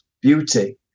beauty